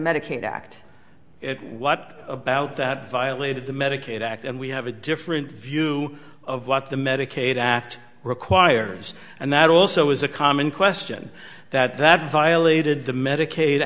medicaid act what about that violated the medicaid act and we have a different view of what the medicaid act requires and that also is a common question that that violated the medica